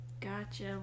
Gotcha